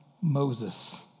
Moses